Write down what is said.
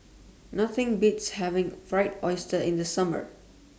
Nothing Beats having Fried Oyster in The Summer